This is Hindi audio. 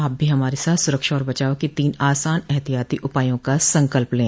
आप भी हमारे साथ सुरक्षा और बचाव के तीन आसान एहतियाती उपायों का संकल्प लें